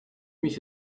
mich